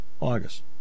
august